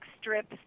strips